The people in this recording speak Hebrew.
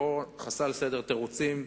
חסל סדר תירוצים,